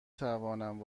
توانم